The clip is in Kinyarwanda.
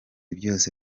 byose